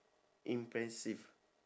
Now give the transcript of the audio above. impressive